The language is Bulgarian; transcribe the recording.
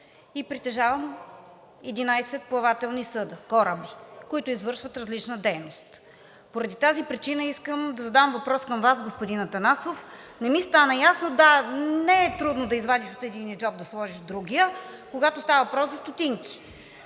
и притежавам 11 плавателни съда, кораби, които извършват различна дейност. Поради тази причина искам да задам въпрос към Вас, господин Атанасов. Не ми стана ясно – да, не е трудно да извадиш от единия джоб и да сложиш в другия, когато става въпрос за стотинки,